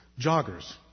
Joggers